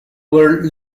were